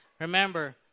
Remember